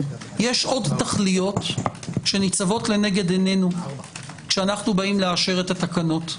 יש עוד תכליות שניצבות לנגד עינינו כשאנחנו באים לאשר את התקנות.